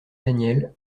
daniel